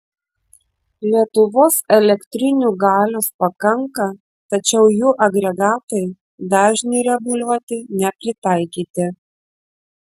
lietuvos elektrinių galios pakanka tačiau jų agregatai dažniui reguliuoti nepritaikyti